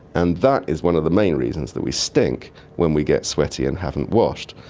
and that is one of the main reasons that we stink when we get sweaty and haven't washed.